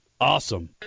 awesome